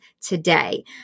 today